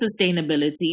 sustainability